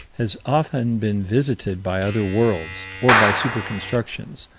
has often been visited by other worlds, or by super-constructions,